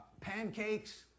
pancakes